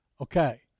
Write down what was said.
Okay